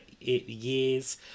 years